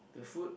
the food